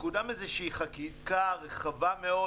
תקודם איזו שהיא חקיקה רחבה מאוד